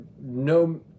no